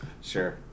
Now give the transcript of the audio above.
Sure